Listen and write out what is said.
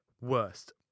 worst